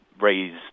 raise